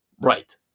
Right